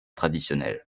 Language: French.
traditionnels